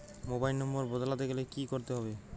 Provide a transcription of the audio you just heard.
Mobile number বদলাতে গেলে কি করতে হবে?